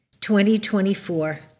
2024